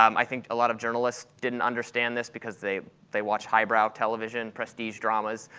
um i think a lot of journalists didn't understand this because they they watch highbrow television, prestige dramas.